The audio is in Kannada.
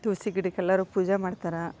ತುಳಸಿ ಗಿಡಕ್ಕೆ ಎಲ್ಲರೂ ಪೂಜೆ ಮಾಡ್ತಾರೆ